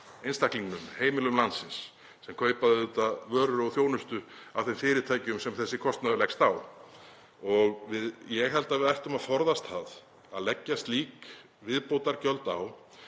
einstaklingnum, heimilum landsins sem kaupa vörur og þjónustu af þeim fyrirtækjum sem þessi kostnaður leggst á. Ég held að við ættum að forðast það að leggja slík viðbótargjöld á